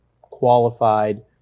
qualified